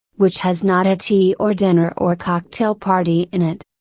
which has not a tea or dinner or cocktail party in it.